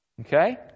Okay